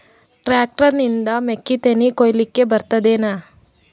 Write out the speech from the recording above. Tractor ನಿಂದ ಮೆಕ್ಕಿತೆನಿ ಕೊಯ್ಯಲಿಕ್ ಬರತದೆನ?